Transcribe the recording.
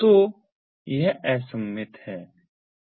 तो यह असममित है